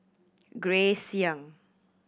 Grace Young